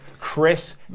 Chris